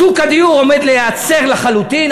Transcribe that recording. שוק הדיור עומד להיעצר לחלוטין.